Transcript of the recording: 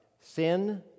sin